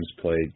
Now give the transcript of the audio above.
played